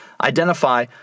identify